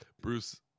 Bruce